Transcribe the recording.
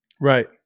Right